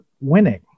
winning